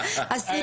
מצד שני,